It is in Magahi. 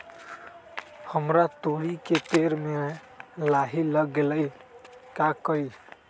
हमरा तोरी के पेड़ में लाही लग गेल है का करी?